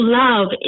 love